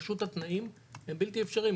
פשוט התנאים הם בלתי אפשריים.